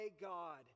God